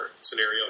scenario